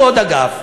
פתחו עוד אגף,